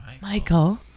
Michael